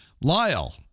Lyle